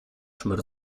szmer